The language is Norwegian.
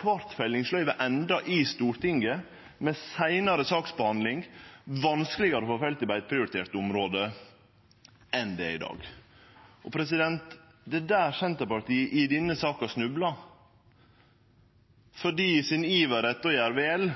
kvart fellingsløyve ende i Stortinget, med seinare saksbehandling, og det vil verte vanskelegare å få felt i beiteprioriterte område enn det er i dag. Det er der Senterpartiet i denne saka snublar, for i iveren sin etter å gjere vel